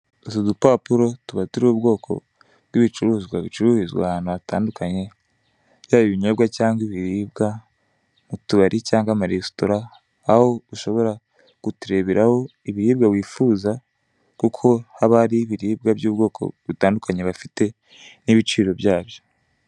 Utu dupapuro tuba turi ubwoko bw'ibicuruzwa bicururizwa ahantu hatandukanye yaba ibinyobwa cyangwa ibiribwa mu tubari cyangwa amaresitora aho ushobora kutureberaho ibiribwa wifuza kuko haba hariho ibiribwa by'ubwoko butandukanye bafite n'ibiciro byabyo.